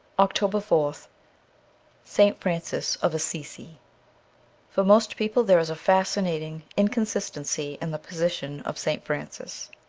october fourth st. francis of assisi for most people there is a fascinating incon sistency in the position of st. francis.